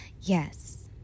yes